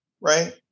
Right